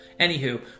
Anywho